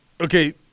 okay